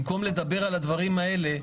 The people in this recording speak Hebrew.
במקום לדבר על הדברים האלה,